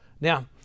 Now